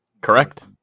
Correct